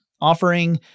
offering